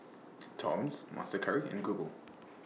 Toms Monster Curry and Google